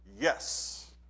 Yes